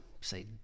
say